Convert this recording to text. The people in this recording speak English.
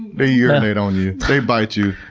they urinate on you, they bite you,